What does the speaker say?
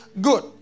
Good